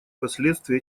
последствия